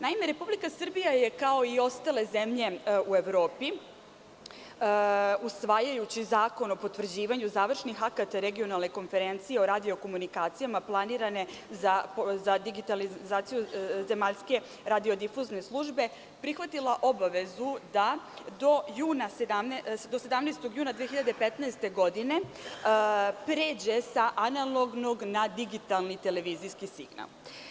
Naime, Republika Srbija je kao i ostale zemlje u Evropi usvajajući Zakon o potvrđivanju završnih akata Regionalne konferencije o radio-komunikacijama planirane za digitalizaciju zemaljske radiodifuzne službe prihvatila obavezu da do 17. juna 2015. godine pređe sa analognog na digitalni televizijski signal.